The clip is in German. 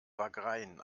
wagrain